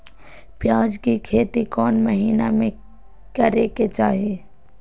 प्याज के खेती कौन महीना में करेके चाही?